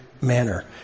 Manner